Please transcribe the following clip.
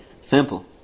Simple